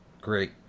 Great